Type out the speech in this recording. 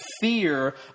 fear